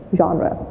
genre